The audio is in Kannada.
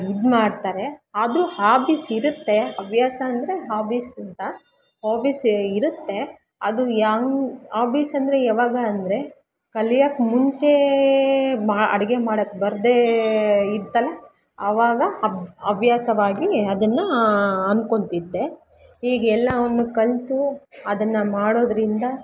ಇದ್ಮಾಡ್ತರೆ ಆದ್ರು ಹಾಬೀಸಿರತ್ತೆ ಅವ್ಯಾಸ ಅಂದ್ರೆ ಹಾಬೀಸ್ ಅಂತ ಹಾಬೀಸ್ ಇರುತ್ತೆ ಅದು ಯಾವ ಆಬೀಸಂದ್ರೆ ಯಾವಾಗ ಅಂದರೆ ಕಲಿಯಕ್ಕೆ ಮುಂಚೆ ಮಾ ಅಡಿಗೆ ಮಾಡಕ್ಕೆ ಬರದೇ ಇತ್ತಲ್ಲ ಅವಾಗ ಅಬ್ ಹವ್ಯಾಸವಾಗಿ ಅದನ್ನು ಅನ್ಕೊಂತಿದ್ದೆ ಈಗ ಎಲ್ಲವನ್ನು ಕಲಿತು ಅದನ್ನು ಮಾಡೋದ್ರಿಂದ